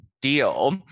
deal